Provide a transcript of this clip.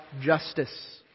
justice